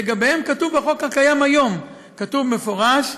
לגביהם כתוב בחוק הקיים היום, כתוב מפורש,